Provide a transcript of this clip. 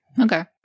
Okay